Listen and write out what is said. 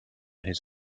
his